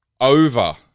over